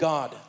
God